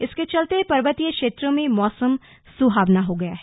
इसके चलते पर्वतीय क्षेत्रों में मौसम सुहावना हो गया है